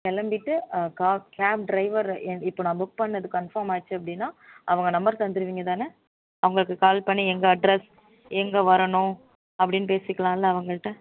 கிளம்பிட்டு கா cab driver இப்போது நான் புக் பண்ணது கன்ஃபார்ம் ஆகிடுச்சு அப்படின்னா அவங்க நம்பர் தந்தது நீங்கள் தானே அவங்களுக்கு கால் பண்ணி எங்கே அட்ரஸ் எங்கே வரணும் அப்படின்னு பேசிக்கலாமில்ல அவங்ககிட்ட